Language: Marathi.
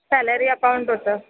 सॅलरी अकाऊंट होतं